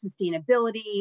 sustainability